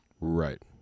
Right